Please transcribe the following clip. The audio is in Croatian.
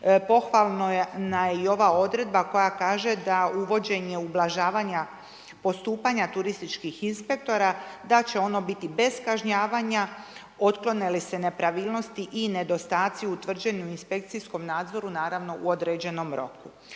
pohvalno je i ova odredba koja kaže da uvođenje ublažavanja postupanja turističkih inspektora da će ono biti bez kažnjavanja otklone li se nepravilnosti i nedostatci utvrđeni u inspekcijskom nadzoru naravno u određenom roku.